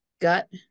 gut